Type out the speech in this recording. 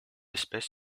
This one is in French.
espèce